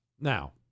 Now